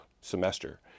semester